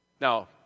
Now